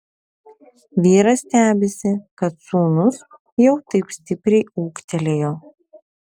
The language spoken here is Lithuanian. vyras stebisi kad sūnus jau taip stipriai ūgtelėjo